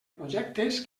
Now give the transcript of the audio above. projectes